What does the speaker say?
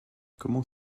comment